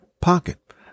pocket